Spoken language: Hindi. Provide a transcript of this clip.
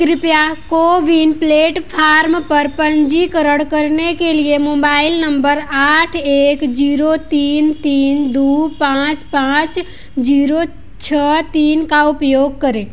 कृपया कोविन प्लेटफ़ॉर्म पर पंजीकरण करने के लिए मोम्बाइल नम्बर आठ एक जीरो तीन तीन दो पाँच पाँच जीरो छः तीन का उपयोग करें